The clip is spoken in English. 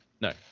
No